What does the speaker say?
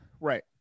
Right